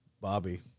Bobby